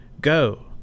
Go